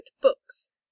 books